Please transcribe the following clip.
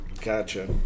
gotcha